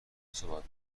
صحبت